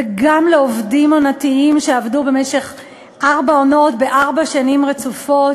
וגם לעובדים עונתיים שעבדו במשך ארבע עונות בארבע שנים רצופות.